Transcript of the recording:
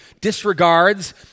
disregards